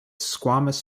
squamous